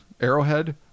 arrowhead